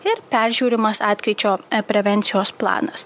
ir peržiūrimas atkryčio prevencijos planas